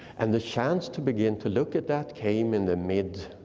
and the chance to begin to look at that came in the mid,